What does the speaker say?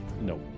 No